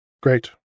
great